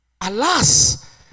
Alas